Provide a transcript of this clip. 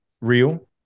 real